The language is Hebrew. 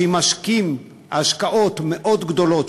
שאם משקיעים השקעות מאוד גדולות,